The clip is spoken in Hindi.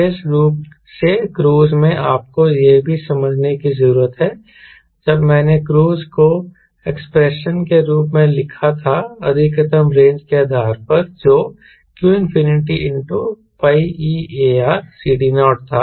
विशेष रूप से क्रूज में आपको यह भी समझने की जरूरत है जब मैंने क्रूज को एक्सप्रेशन के रूप में लिखा था अधिकतम रेंज के आधार पर जो qπAReCD0 था